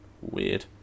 Weird